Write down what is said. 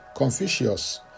Confucius